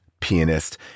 pianist